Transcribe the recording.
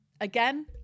Again